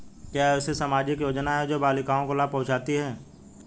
क्या ऐसी कोई सामाजिक योजनाएँ हैं जो बालिकाओं को लाभ पहुँचाती हैं?